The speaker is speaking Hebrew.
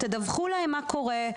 תדווחו להם מה קורה.